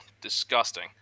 Disgusting